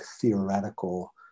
theoretical